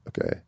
okay